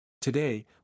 Today